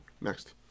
Next